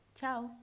ciao